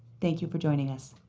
thank you for joining us.